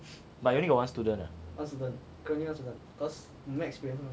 but you only got one student ah